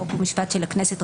חוק ומשפט של הכנסת,